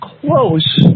close